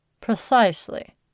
precisely